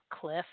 Cliff